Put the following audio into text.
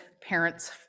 parents